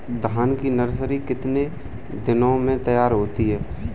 धान की नर्सरी कितने दिनों में तैयार होती है?